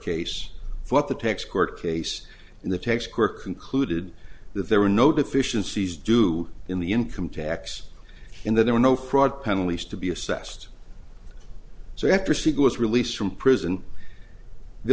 case what the tax court case in the textbook concluded that there were no deficiencies do in the income tax in that there were no fraud penalties to be assessed so after she was released from prison the